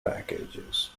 packages